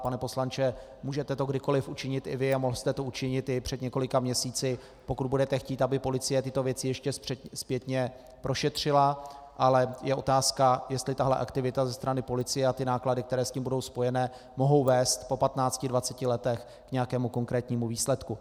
Pane poslanče, můžete to kdykoliv učinit i vy a mohl jste to učinit i před několika měsíci, pokud budete chtít, aby policie tyto věci ještě zpětně prošetřila, ale je otázka, jestli tahle aktivita ze strany policie a náklady, které s tím budou spojené, mohou vést po patnácti dvaceti letech k nějakému konkrétnímu výsledku.